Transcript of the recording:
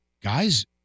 Guys